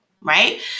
right